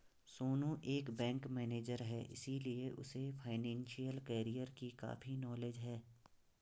सोनू एक bank manager है इसीलिए उसे फाइनेंशियल कैरियर की काफी नॉलेज है